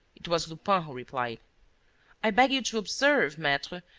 it was lupin who replied i beg you to observe, maitre,